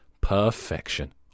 Perfection